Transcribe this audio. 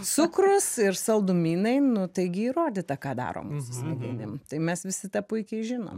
cukrus ir saldumynai nu taigi įrodyta ką daro musų smegenim tai mes visi tą puikiai žinom